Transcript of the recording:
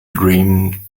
dream